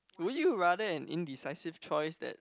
would you rather an indecisive choice that